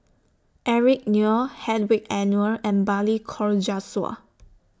Eric Neo Hedwig Anuar and Balli Kaur Jaswal